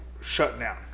shutdown